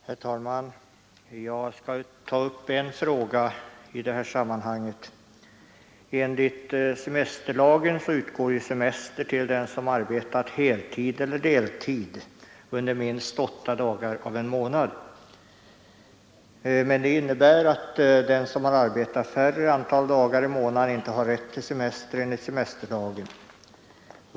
Herr talman! Jag skall ta upp en fråga i detta sammanhang. Enligt semesterlagen utgår semester till den som arbetat heltid eller deltid under minst åtta dagar av en månad. Det innebär att den som arbetat färre antal dagar per månad inte har rätt till semester enligt semesterlagen.